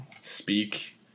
speak